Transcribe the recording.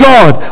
God